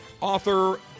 author